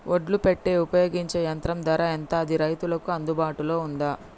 ఒడ్లు పెట్టే ఉపయోగించే యంత్రం ధర ఎంత అది రైతులకు అందుబాటులో ఉందా?